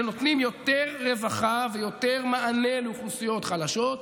שנותנים יותר רווחה ויותר מענה לאוכלוסיות חלשות,